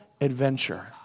adventure